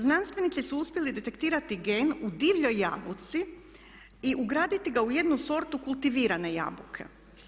Znanstvenici su uspjeli detektirati gen u divljoj jabuci i ugraditi ga u jednu sortu kultivirane jabuke.